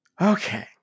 Okay